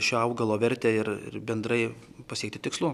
šio augalo vertę ir ir bendrai pasiekti tikslų